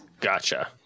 Gotcha